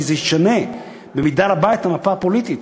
כי זה ישנה במידה רבה את המפה הפוליטית,